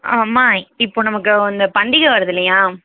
ஆ அம்மா இப்போ நமக்கு அந்த பண்டிகை வருது இல்லையா